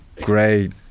great